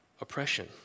oppression